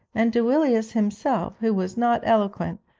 and duilius himself, who was not eloquent,